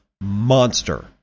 monster